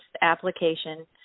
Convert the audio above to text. application